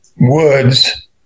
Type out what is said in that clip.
woods